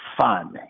fun